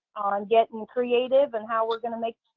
on getting creative and how we're going to make.